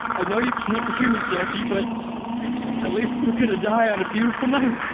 i know you can't hear me jacki, but at least we're going to die on a beautiful night.